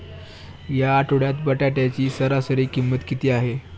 या आठवड्यात बटाट्याची सरासरी किंमत किती आहे?